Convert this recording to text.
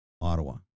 Ottawa